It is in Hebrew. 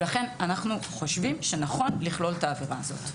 לכן אנחנו חושבים שנכון לכלול את העבירה הזאת.